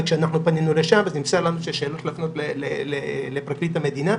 וכשפנינו לשם נמסר לנו ששאלות להפנות לפרקליט המדינה.